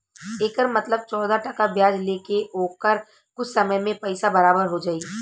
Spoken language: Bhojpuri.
एकर मतलब चौदह टका ब्याज ले के ओकर कुछ समय मे पइसा बराबर हो जाई